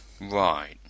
Right